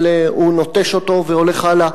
אבל הוא נוטש אותו והולך הלאה,